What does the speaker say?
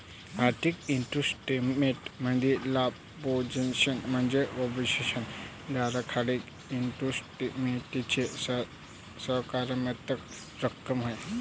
आर्थिक इन्स्ट्रुमेंट मध्ये लांब पोझिशन म्हणजे पोझिशन धारकाकडे इन्स्ट्रुमेंटची सकारात्मक रक्कम आहे